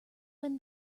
win